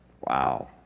Wow